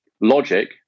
logic